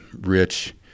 rich